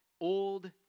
old